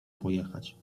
pojechać